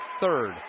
third